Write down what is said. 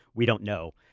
we don't know.